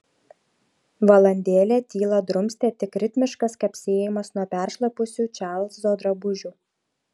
valandėlę tylą drumstė tik ritmiškas kapsėjimas nuo peršlapusių čarlzo drabužių